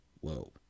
whoa